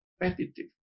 repetitive